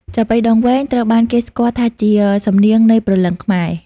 ចាប៉ីដងវែង ត្រូវបានគេស្គាល់ថាជា សំនៀងនៃព្រលឹងខ្មែរ។